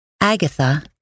Agatha